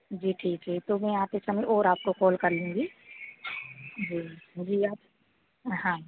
जी ठीक है तो मैं आते समय और आपको कॉल कर लूँगी जी जी आप हाँ